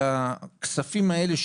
והכספים האלה,